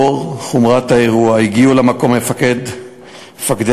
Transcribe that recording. לאור חומרת האירוע הגיעו למקום מפקדי המחוז,